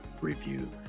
review